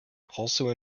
also